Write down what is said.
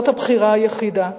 זאת הבחירה היחידה.